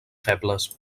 febles